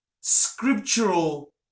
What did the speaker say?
scriptural